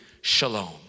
shalom